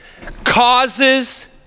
causes